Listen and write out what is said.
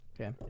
Okay